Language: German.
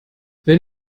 wenn